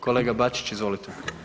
Kolega Bačić, izvolite.